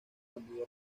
bandido